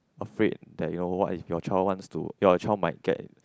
upgrade that your what is your child wants to your child might get